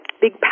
big